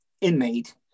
inmate